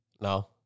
No